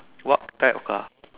what type of car